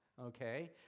okay